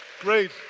Great